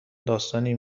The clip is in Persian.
داستانی